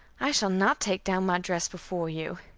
i shall not take down my dress before you.